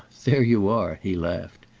there you are! he laughed.